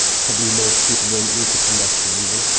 probably most people won't need the combustion engine,